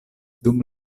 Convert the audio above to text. dum